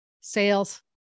sales